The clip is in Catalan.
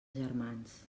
germans